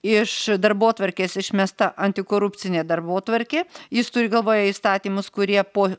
iš darbotvarkės išmesta antikorupcinė darbotvarkė jis turi galvoje įstatymus kurie po